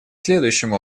следующим